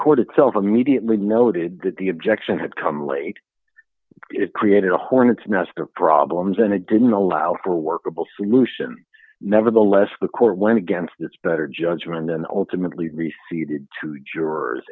court itself immediately noted that the objection had come late it created a hornet's nest of problems and it didn't allow for workable solution nevertheless the court went against its better judgment and ultimately received two jurors